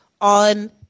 on